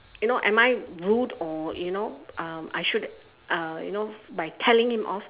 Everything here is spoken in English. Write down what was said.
you know am I rude or you know um I should uh you know by telling him off